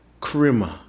krima